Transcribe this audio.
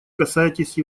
касаетесь